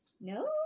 No